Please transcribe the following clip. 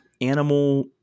animal